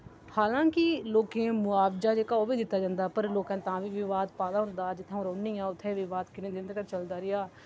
हालां कि लोकें ई मुआबजा जेह्का उब्भी दित्ता जंदा पर लोकें तां बी विवाद पाए दा होंदा जित्थै अ'ऊं रौह्न्नी आं उत्थै बी विवाद किन्ने दिन तक्कर चलदा रेहा